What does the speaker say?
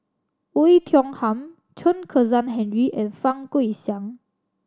Oei Tiong Ham Chen Kezhan Henri and Fang Guixiang